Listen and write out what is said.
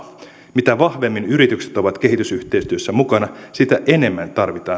mitä vahvemmin yritykset ovat kehitysyhteistyössä mukana sitä enemmän tarvitaan